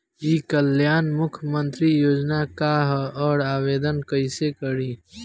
ई कल्याण मुख्यमंत्री योजना का है और आवेदन कईसे करी?